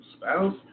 spouse